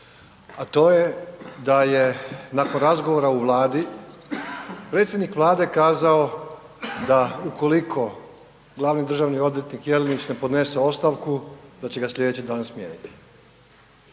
a to je da je nakon razgovora u Vladi predsjednik Vlade kazao da ukoliko glavni državni odvjetnik Jelenić ne podnese ostavku, da će ga sljedeći dan smijeniti.